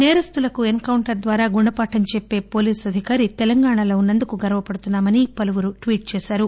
నేరస్తులకు encounter ద్వారా గుణపాఠం చెప్పే పోలీస్ అధికారి తెలంగాణలో ఉన్న ందుకు గర్వపడుతున్నామని పలువురు ట్వీట్ చేశారు